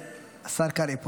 השר קרעי פה.